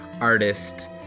artist